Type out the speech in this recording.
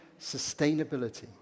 sustainability